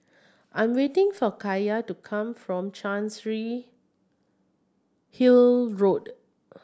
I'm waiting for Kaiya to come from Chancery Hill Road